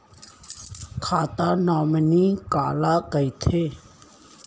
खाता नॉमिनी काला कइथे?